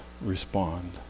respond